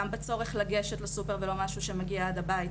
גם בצורך לגשת לסופר ולא משהו שמגיע עד הבית,